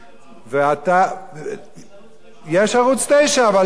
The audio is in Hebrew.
יש להם ערוץ לבד,